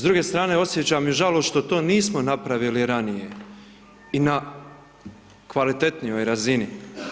S druge strane osjećam i žalost što to nismo napravili ranije i na kvalitetnijoj razini.